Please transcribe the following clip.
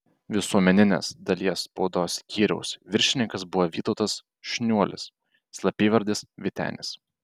visuomeninės dalies spaudos skyriaus viršininkas buvo vytautas šniuolis slapyvardis vytenis